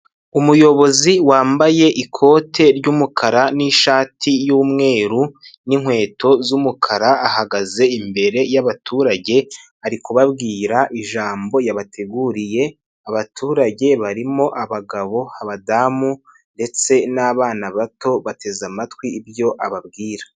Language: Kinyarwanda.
Umuyobozi wambaye ikote ry'umukara n'ishati y'umweru n'inkweto z'umukara ahagaze imbere yabaturage ari kubabwira ijambo yabateguriye, abaturage barimo abagabo, abadamu ndetse n'abana bato bateze amatwi ibyo ababwira.